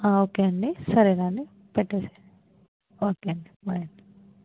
okay అండి సరేరాండి పెట్టేసెయ్యి ఓకే అండి బై అండి